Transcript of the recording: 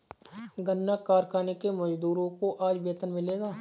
गन्ना कारखाने के मजदूरों को आज वेतन मिलेगा